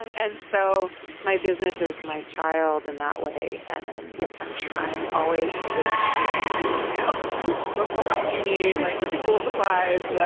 and so my business is my child in that way. and i'm i'm trying always to be like ok what do you need. now like what books do you need like school supplies.